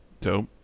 Dope